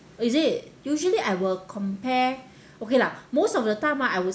is it usually I will compare okay lah most of the time ah I will